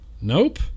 Nope